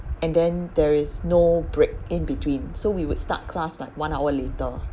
and then there is no break in between so we would start class like one hour later